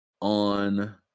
On